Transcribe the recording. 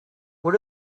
what